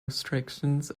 restrictions